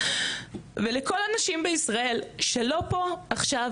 ולכל הנשים בישראל שלא פה עכשיו,